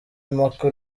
impaka